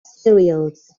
cereals